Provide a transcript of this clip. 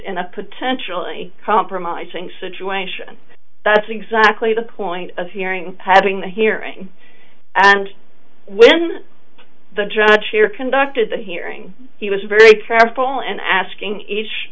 a potentially compromising situation that's exactly the point of hearing having the hearing and when the judge here conducted the hearing he was very careful and asking each